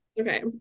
okay